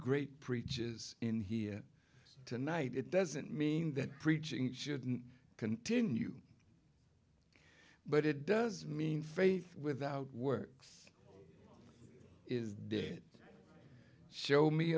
great preachers in here tonight it doesn't mean that preaching shouldn't continue but it does mean faith without works is dead show me